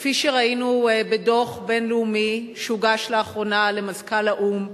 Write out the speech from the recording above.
כפי שראינו בדוח בין-לאומי שהוגש לאחרונה למזכ"ל האו"ם,